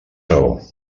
raó